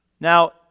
Now